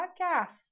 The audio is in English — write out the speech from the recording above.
podcast